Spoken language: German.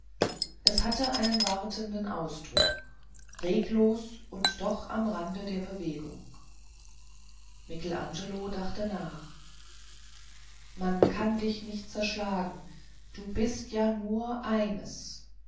es hatte einen wartenden ausdruck reglos und doch am rande der bewegung michelangelo dachte nach man kann dich nicht zerschlagen du bist ja nur eines